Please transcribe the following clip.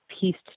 pieced